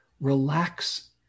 relax